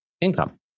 income